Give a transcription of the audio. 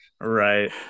Right